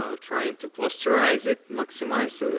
um trying to clusterrize it, maximize, so